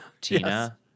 tina